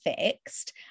fixed